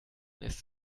ist